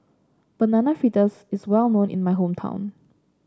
Banana Fritters is well known in my hometown